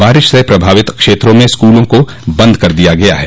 बारिश से प्रभावित क्षेत्रों में स्कूलों को बंद कर दिया गया है